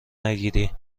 نگیری